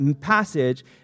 passage